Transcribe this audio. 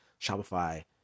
Shopify